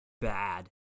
bad